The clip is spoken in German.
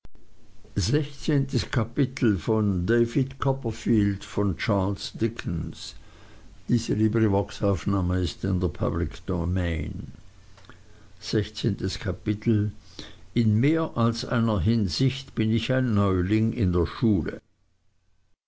sechzehntes kapitel in mehr als einer hinsicht bin ich ein neuling in der schule